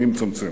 אני מצמצם,